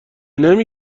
نمی